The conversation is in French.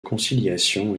conciliation